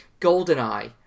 GoldenEye